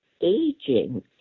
aging